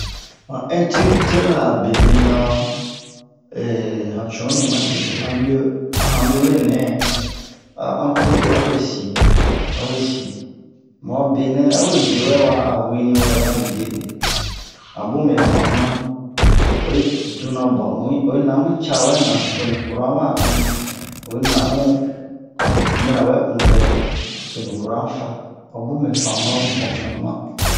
han interuptɛra a benɛ han han cunu mi ma tete a mube a hanbe we nɛ a ampul awe si awe si mu a benɛ a we be wɛ wa a uweni wɛ wa midepe a bun mɛ famuna mu oyi duna bwa mu'i oyi na amu ca wɛ na toni curan wa ani oyi na amu mina wɛ unpɛ toni curan fa o mu me famu na mu fonctionnement